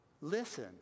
Listen